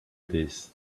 this